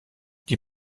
die